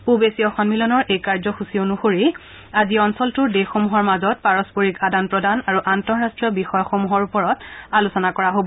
পুৰ এছীয় সন্মিলনৰ এই কাৰ্যসূচী অনুসৰি আজি অঞ্চলটোৰ দেশসমূহৰ মাজত পাৰস্পৰিক আদান প্ৰদান আৰু আন্তঃৰষ্টীয় বিষয়সমূহৰ ওপৰত আলোচনা কৰা হব